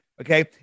okay